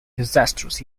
disastrous